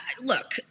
look